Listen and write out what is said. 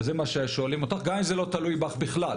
זה מה שהיו שואלים אותך גם אם זה לא היה תלוי בכך בכלל.